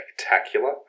spectacular